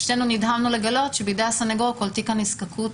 שתינו נדהמנו לגלות שבידי הסנגור כל תיק הנזקקות,